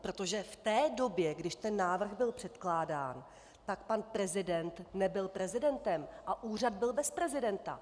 Protože v té době, když ten návrh byl předkládán, pan prezident nebyl prezidentem a úřad byl bez prezidenta.